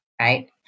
right